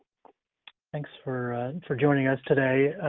thanks for for joining us today.